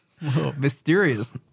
Mysterious